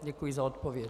Děkuji za odpověď.